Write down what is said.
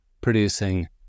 producing